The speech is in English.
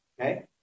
Okay